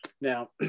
Now